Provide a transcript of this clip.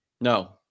No